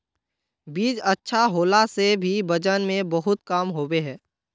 बीज अच्छा होला से भी वजन में बहुत कम होबे है?